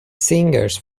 singers